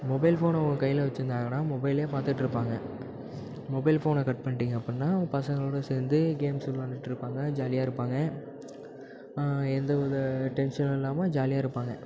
mobile ஃபோனை அவங்க கையில் வச்சிருந்தாங்கன்னா மொபைலே பார்த்துட்ருப்பாங்க மொபைல் ஃபோனை கட் பண்ணிட்டிங்க அப்பன்னா பசங்களோடய சேர்ந்து கேம்ஸு விளாயாண்டுட்ருப்பாங்க ஜாலியாக இருப்பாங்க எந்த வித டென்ஷனும் இல்லாமல் ஜாலியாக இருப்பாங்க